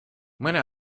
mõne